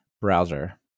browser